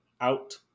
out